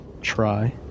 try